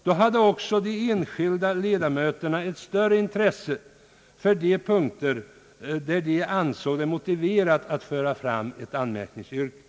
Då hade också de enskilda 1edamöterna ett större intresse för de punkter där de änsåg motiv föreligga för ett anmärkningsyrkände.